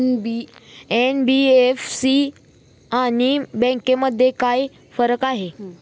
NBFC आणि बँकांमध्ये काय फरक आहे?